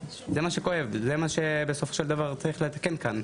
זה מה שכואב שבסופו של דבר צריך לעדכן כאן.